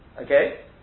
okay